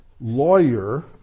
lawyer